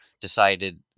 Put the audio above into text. decided